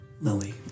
Lily